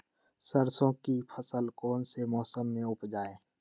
सरसों की फसल कौन से मौसम में उपजाए?